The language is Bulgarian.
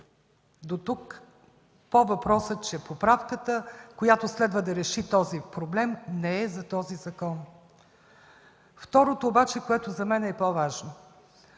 Дотук по въпроса, че поправката, която следва да реши този проблем, не е за този закон. Второто обаче, което за мен е по-важно